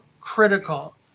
critical